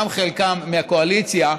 גם חלקם מהקואליציה,